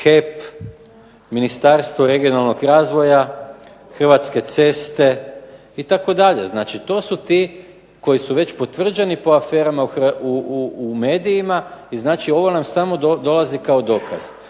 HEP, Ministarstvo regionalnog razvoja, Hrvatske ceste itd., znači to su ti koji su već potvrđeni po aferama u medijima i znači ovo nama samo dolazi kao dokaz.